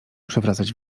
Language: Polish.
przewracać